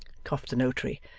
coughed the notary.